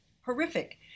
horrific